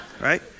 right